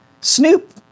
Snoop